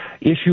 issue